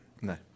No